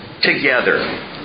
together